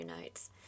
notes